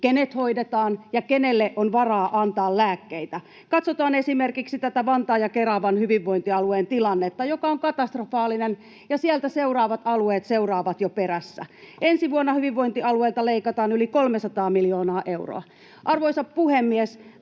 kenet hoidetaan ja kenelle on varaa antaa lääkkeitä. Katsotaan esimerkiksi tätä Vantaan ja Keravan hyvinvointialueen tilannetta, joka on katastrofaalinen, ja seuraavat alueet seuraavat jo perässä. Ensi vuonna hyvinvointialueilta leikataan yli 300 miljoonaa euroa. Arvoisa puhemies!